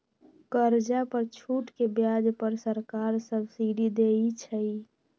कर्जा पर छूट के ब्याज पर सरकार सब्सिडी देँइ छइ